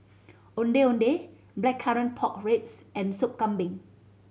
Ondeh Ondeh Blackcurrant Pork Ribs and Soup Kambing